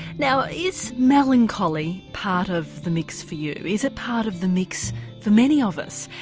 now is melancholy part of the mix for you, is it part of the mix for many of us?